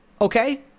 Okay